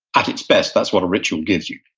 at its best, that's what a ritual gives you.